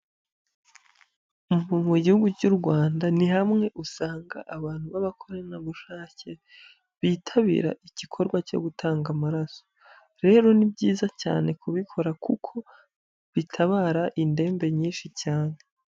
Mu gihugu cy'u Rwanda ni hamwe usanga abantu b'abakoranabushake bitabira igikorwa cyo gutanga amaraso. Rero ni byiza cyane kubikora kuko bitabara indembe nyinshi cyane.